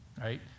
Right